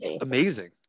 amazing